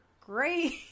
great